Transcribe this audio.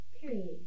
Period